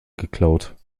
geklaut